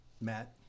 Matt